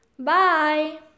Bye